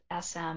SM